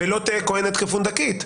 ולא תהא כוהנת כפונדקית.